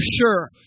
sure